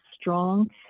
strong